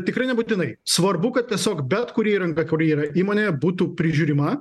tikrai nebūtinai svarbu kad tiesiog bet kuri įranga kur yra įmonėje būtų prižiūrima